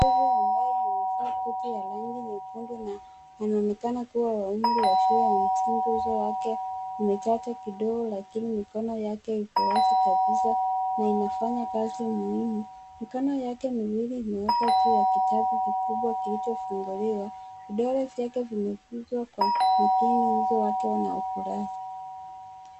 Mtoto ambaye amevaa koti ya rangi nyekundu na anaonekana kuwa wa umri ya shule ya msingi, nguzo yake umechacha kidogo lakini mikono yake iko wazi kabisa na inafanya kazi muhimu. Mikono yake miwili imewekwa juu ya kitabu kikubwa kilichofunguliwa. Vidole vyake vimekuzwa kwa mipini uso wake una ukurasa.